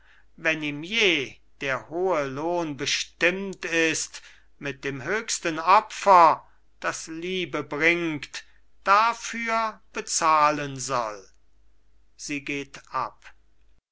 wenn ihm je der hohe lohn bestimmt ist mit dem höchsten opfer das liebe bringt dafür bezahlen soll sie geht ab